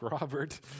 Robert